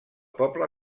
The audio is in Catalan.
poble